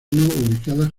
ubicadas